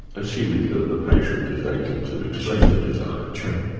assuming that the patient is able to express a desire. true.